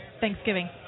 Thanksgiving